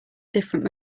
different